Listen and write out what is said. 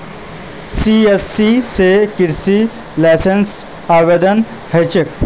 CSC स कृषि लाइसेंसेर आवेदन करे दे